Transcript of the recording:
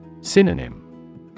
Synonym